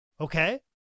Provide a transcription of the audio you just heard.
Okay